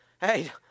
Hey